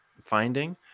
finding